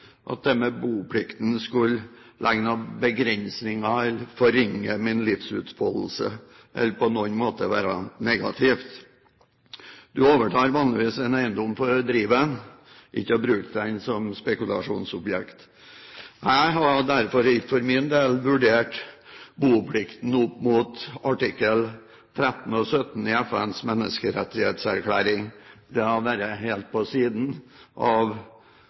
at dette med boplikten skulle forringe eller legge noen begrensninger på min livsutfoldelse, eller på noen måte være negativt. Du overtar vanligvis en eiendom for å drive den, ikke bruke den som spekulasjonsobjekt. Jeg har derfor ikke for min del vurdert boplikten opp mot artiklene 13 og 17 i FNs menneskerettighetserklæring. Det har vært helt på siden av